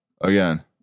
Again